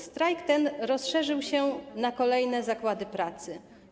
Strajk ten rozszerzył się na kolejne zakłady pracy.